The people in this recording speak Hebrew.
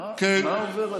מה עובר עליך?